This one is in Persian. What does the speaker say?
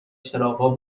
چراغا